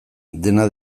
dena